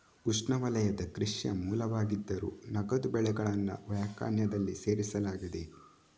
ಉಷ್ಣವಲಯದ ಕೃಷಿಯ ಮೂಲವಾಗಿದ್ದರೂ, ನಗದು ಬೆಳೆಗಳನ್ನು ವ್ಯಾಖ್ಯಾನದಲ್ಲಿ ಸೇರಿಸಲಾಗಿದೆ